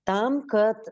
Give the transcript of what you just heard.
tam kad